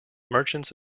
merchants